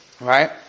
right